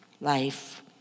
life